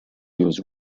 use